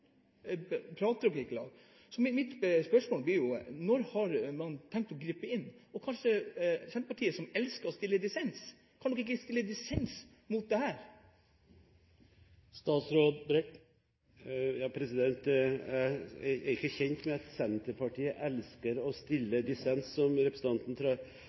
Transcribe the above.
Mitt spørsmål blir: Når har man tenkt å gripe inn? Og Senterpartiet, som elsker å ta dissens, kan ikke de stille dissens i denne saken? Jeg er ikke kjent med at Senterpartiet elsker å «stille dissens», som representanten